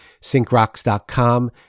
syncrocks.com